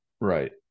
Right